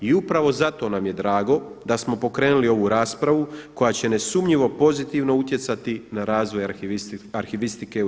I upravo zato nam je drago da smo pokrenuli ovu raspravu koja će nesumnjivo pozitivno utjecati na razvoj arhivistike u RH.